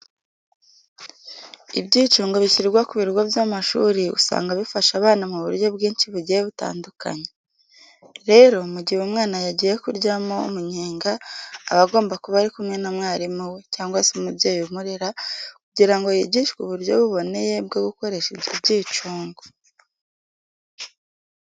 Ibyicungo bishyirwa ku bigo by'amashuri, usanga bifasha abana mu buryo bwinshi bugiye butandukanye. Rero, mu gihe umwana yagiye kuryamo umunyenga, aba agomba kuba ari kumwe na mwarimu we cyangwa se umubyeyi umurera kugira ngo yigishwe uburyo buboneye bwo gukoresha ibyo byicungo.